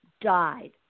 died